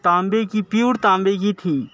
تانبے کی پیور تانبے کی تھی